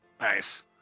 Nice